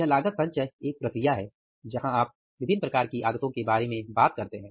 यह लागत संचय एक प्रक्रिया है जहां आप विभिन्न प्रकार की आगतों के बारे में बात करते हैं